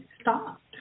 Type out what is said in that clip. stopped